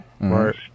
Right